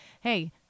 hey